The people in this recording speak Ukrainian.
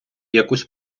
якусь